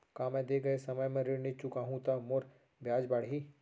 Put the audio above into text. का मैं दे गए समय म ऋण नई चुकाहूँ त मोर ब्याज बाड़ही?